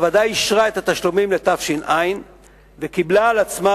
הוועדה אישרה את התשלומים לתש"ע וקיבלה על עצמה,